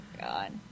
God